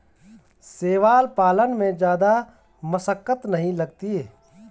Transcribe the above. शैवाल पालन में जादा मशक्कत नहीं लगती